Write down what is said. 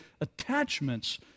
attachments